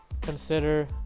consider